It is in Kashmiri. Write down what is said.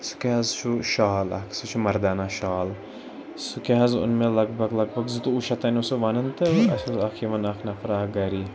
سُہ کیٛاہ حظ چھُ شال اَکھ سُہ چھُ مَردانہ شال سُہ کیٛاہ حظ اوٚن مےٚ لگ بھگ لگ بھگ زٕتووُہ شٮ۪تھ تانۍ اوس سُہ وَنان تہٕ اسہِ اوس اکھ یِوان اکھ نفر اَکھ گھرے